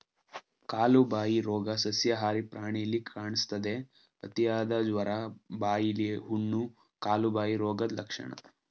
ಕಾಲುಬಾಯಿ ರೋಗ ಸಸ್ಯಾಹಾರಿ ಪ್ರಾಣಿಲಿ ಕಾಣಿಸ್ತದೆ, ಅತಿಯಾದ ಜ್ವರ, ಬಾಯಿಲಿ ಹುಣ್ಣು, ಕಾಲುಬಾಯಿ ರೋಗದ್ ಲಕ್ಷಣ